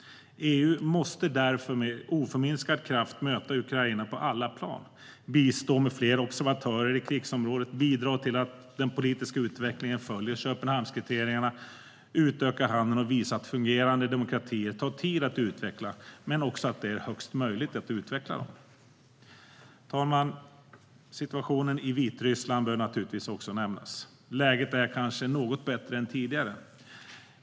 EU måste därför med oförminskad kraft möta Ukraina på alla plan, bistå med fler observatörer i krigsområdet, bidra till att den politiska utvecklingen följer Köpenhamnskriterierna, utöka handeln och visa att fungerande demokratier tar tid att utveckla men att det är högst möjligt. Herr talman! Situationen i Vitryssland bör naturligtvis också nämnas. Läget är kanske något bättre än tidigare.